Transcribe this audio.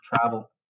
travel